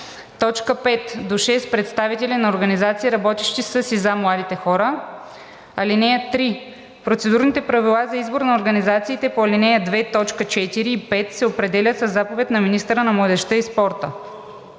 1; 5. до 6 представители на организации, работещи със и за младите хора. (3) Процедурните правила за избор на организациите по ал. 2, т. 4 и 5 се определят със заповед на министъра на младежта и спорта.